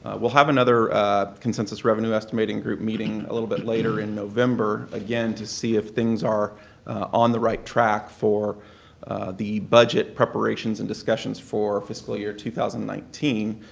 we'll have another consensus revenue estimating group meeting a little bit later, in november, again to see if things are on the right track for the budget preparations and discussions for fiscal year two thousand and nineteen.